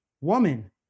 woman